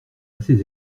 assez